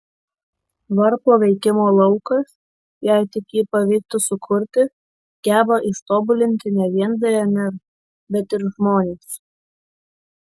varpo veikimo laukas jei tik jį pavyktų sukurti geba ištobulinti ne vien dnr bet ir žmones